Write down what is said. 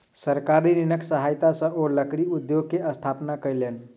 सरकारी ऋणक सहायता सॅ ओ लकड़ी उद्योग के स्थापना कयलैन